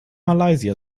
malaysia